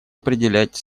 определять